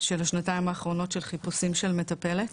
של השנתיים האחרונות של חיפושים של מטפלת.